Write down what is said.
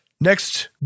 next